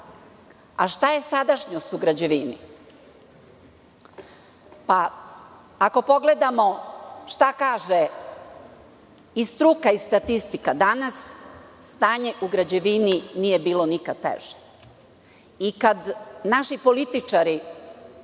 je sadašnjost u građevini? Ako pogledamo šta kaže i struka i statistika danas, stanje u građevini nije bilo nikad teže. Kad naši političari,